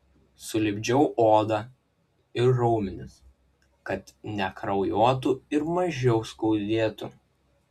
sulipdžiau odą ir raumenis kad nekraujuotų ir mažiau skaudėtų